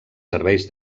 serveis